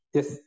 Yes